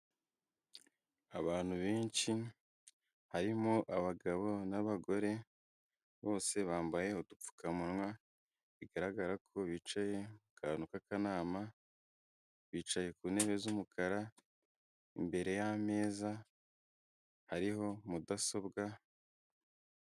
Abantu benshi harimo abagabo n'abagore bose bambaye udupfukamunwa, bigaragara ko bicaye mu kantu k'akanama, bicaye ku ntebe z'umukara, imbere y'ameza hariho mudasobwa.